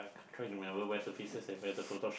can't remember where's the face where the photo